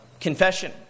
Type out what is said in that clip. confession